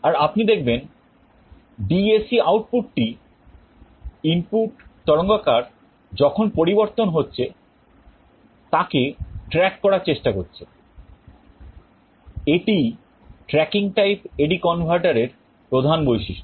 আর আপনি দেখবেন DAC আউটপুটটি ইনপুট তরঙ্গাকার যখন পরিবর্তন হচ্ছে তাকে track করার চেষ্টা করছে এটিই tracking type AD converter এর প্রধান বৈশিষ্ট্য